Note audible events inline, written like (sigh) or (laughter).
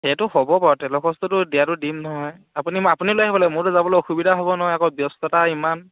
সেইটো হ'ব বাৰু তেলৰ খৰচটোতো দিয়াতো দিম নহয় আপুনি (unintelligible) আপুনি লৈ আহিব লাগিব মোৰতো যোৱাটো অসুবিধা হ'ব নহয় ব্যস্ততা ইমান